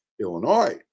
Illinois